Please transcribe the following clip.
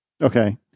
Okay